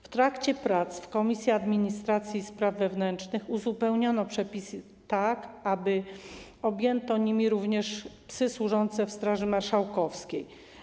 W trakcie prac w Komisji Administracji i Spraw Wewnętrznych uzupełniono przepis tak, aby objęto nim również psy służące w Straży Marszałkowskiej.